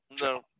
no